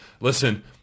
listen